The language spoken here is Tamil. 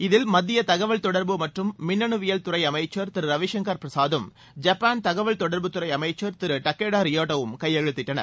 இதில் மத்திய தகவல் தொடர்பு மற்றும் மின்னனுவியல் துறை அமைச்சர் திரு ரவிசங்கர் பிரசாத்தும் ஜப்பான் தகவல் தொடர்புத்துறை அமைச்சர் திரு டக்கேடா ரியோட்டா வும் கையெழுத்திட்டனர்